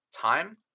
time